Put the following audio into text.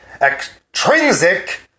extrinsic